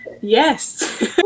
yes